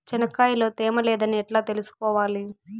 చెనక్కాయ లో తేమ లేదని ఎట్లా తెలుసుకోవాలి?